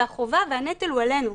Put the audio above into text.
החובה והנטל הם עלינו,